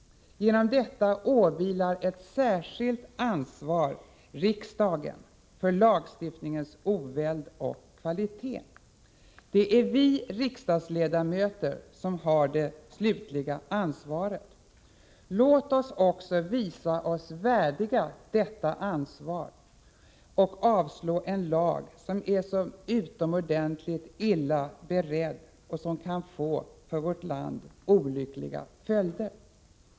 Genom detta åvilar det riksdagen ett särskilt ansvar för lagstiftningens oväld och kvalitet. Det är vi riksdagsledamöter som har det slutliga ansvaret. Låt oss visa oss värdiga detta ansvar och avslå ett lagförslag som är så utomordentligt illa berett och som kan få för vårt land olyckliga följder.